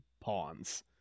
pawns